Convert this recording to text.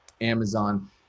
Amazon